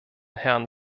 herrn